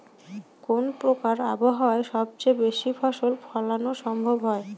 কোন প্রকার আবহাওয়ায় সবচেয়ে বেশি ফসল ফলানো সম্ভব হয়?